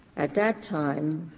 at that time